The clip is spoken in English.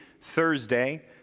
Thursday